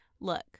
Look